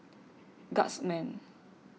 guardsman